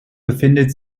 befindet